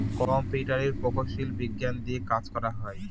কম্পিউটারের প্রকৌশলী বিজ্ঞান দিয়ে কাজ করা হয়